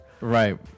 Right